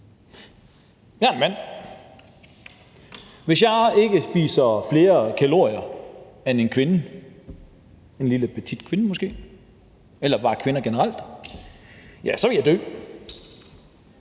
Jeg er en mand. Hvis jeg ikke spiser flere kalorier end en kvinde – en lille petit kvinde måske eller bare kvinder generelt – ja, så vil jeg dø.